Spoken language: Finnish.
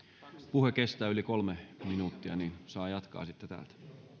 puhe kestää yli kolme minuuttia niin saa jatkaa sitten täältä